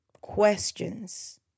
questions